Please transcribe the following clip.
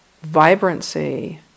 vibrancy